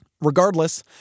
Regardless